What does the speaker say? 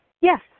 Yes